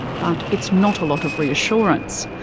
but it's not a lot of reassurance.